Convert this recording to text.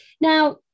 Now